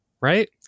Right